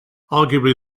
arguably